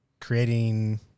creating